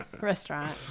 restaurant